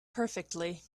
perfectly